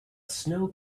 snow